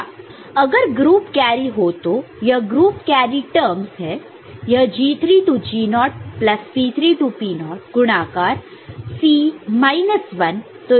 अगर group carry हो तो यह ग्रुप कैरी टर्मस है यह G3 0 प्लस P3 0 गुणाकार मल्टीप्लाई multiplied C माइनस 1 तो यह C3 है